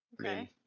Okay